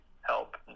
help